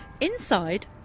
Inside